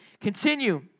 continue